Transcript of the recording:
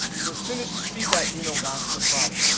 so, as soon as you see that, you know that's the problem.